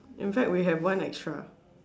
in fact we have one extra